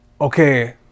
okay